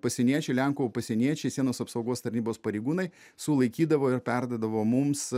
pasieniečiai lenkų pasieniečiai sienos apsaugos tarnybos pareigūnai sulaikydavo ir perduodavo mums